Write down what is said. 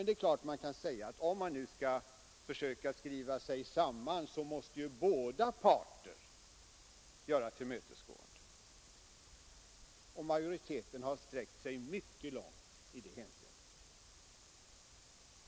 Givetvis kan man säga att båda parter — om man nu skall försöka skriva sig samman — måste göra tillmötesgåenden, och majoriteten har sträckt sig mycket långt i det hänseendet.